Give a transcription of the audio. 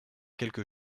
quelque